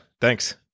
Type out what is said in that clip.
Thanks